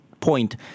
point